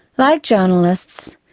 like journalists,